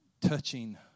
touching